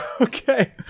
okay